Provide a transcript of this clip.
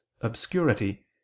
obscurity